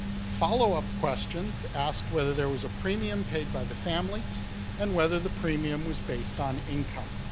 follow-up questions asked whether there was a premium paid by the family and whether the premium was based on income.